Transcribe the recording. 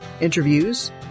Interviews